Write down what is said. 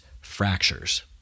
fractures